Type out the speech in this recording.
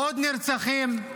עוד נרצחים,